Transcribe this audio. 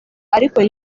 ariko